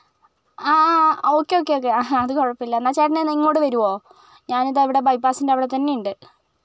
ആ ആ ആ ഓക്കെ ഓക്കെ ഓക്കെ അത് കുഴപ്പമില്ല എന്നാൽ ചേട്ടൻ എന്നാൽ ഇങ്ങോട്ട് വരുമോ ഞാൻ ഇതാ ഇവിടെ ബൈപാസ്സിൻറെ അവിടെ തന്നെ ഉണ്ട്